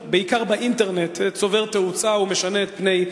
הפרסום, בעיקר באינטרנט, צובר תאוצה ומשנה את פני,